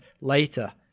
later